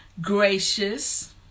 gracious